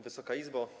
Wysoka Izbo!